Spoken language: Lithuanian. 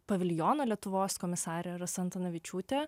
paviljono lietuvos komisarė rasa antanavičiūtė